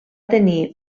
tenir